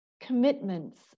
commitments